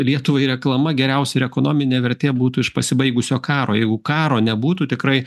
lietuvai reklama geriausia ir ekonominė vertė būtų iš pasibaigusio karo jeigu karo nebūtų tikrai